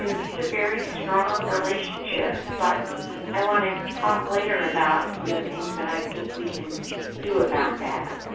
and these are very strong relationships but i want to talk later about some of the things that i think we can do about that.